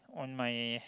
on my